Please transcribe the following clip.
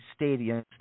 stadiums